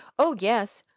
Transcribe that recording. oh, yes,